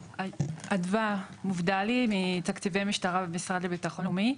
אדווה מובדלי, תקציבי משטרה במשרד לביטחון לאומי.